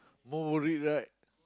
more worried right